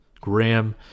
Graham